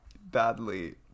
badly